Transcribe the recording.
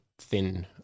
thin